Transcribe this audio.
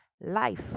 life